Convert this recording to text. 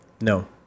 No